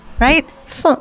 Right